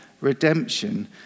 redemption